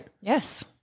Yes